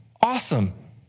Awesome